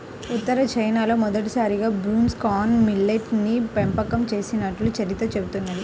ఉత్తర చైనాలో మొదటిసారిగా broom corn millet ని పెంపకం చేసినట్లు చరిత్ర చెబుతున్నది